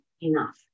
enough